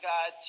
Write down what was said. God